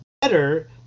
better